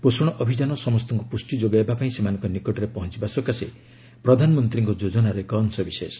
ପୋଷଣ ଅଭିଯାନ ସମସ୍ତଙ୍କୁ ପୁଷ୍ଟି ଯୋଗାଇବା ପାଇଁ ସେମାନଙ୍କ ନିକଟରେ ପହଞ୍ଚବା ସକାଶେ ପ୍ରଧାନମନ୍ତ୍ରୀଙ୍କ ଯୋଜନାର ଏକ ଅଂଶ ବିଶେଷ